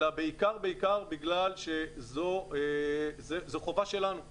אלא בעיקר בגלל שזו חובה שלנו כממשלה,